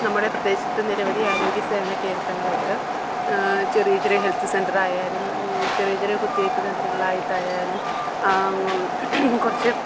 നമ്മുടെ പ്രദേശത്ത് നിരവധി ആരോഗ്യ സേവന കേന്ദ്രങ്ങളുണ്ട് ചെറിയ ചെറിയ ഹെൽത്ത് സെൻ്ററായാലും ചെറിയ ചെറിയ കുത്തിവെപ്പ് കേന്ദ്രങ്ങളായിട്ടായാലും കുറച്ച്